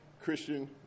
Christian